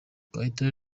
kayitare